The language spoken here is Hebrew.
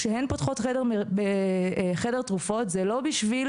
שכשהן פותחות חדר תרופות זה לא בשביל